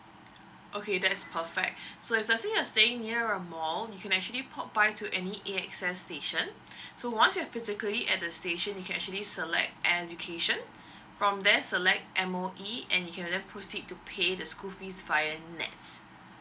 okay that's perfect so if that stay uh staying nearer mall you can actually pop by to any A_X_S station so once you've physically at the station you can actually select education from there select M_O_E and you can just proceed to pay the school fees find next